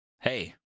Hey